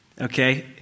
Okay